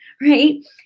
right